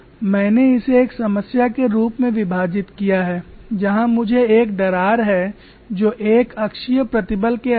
मैंने इसे एक समस्या के रूप में विभाजित किया है जहां मुझे एक दरार है जो एक अक्षीय प्रतिबल के अधीन है